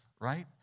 right